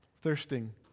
thirsting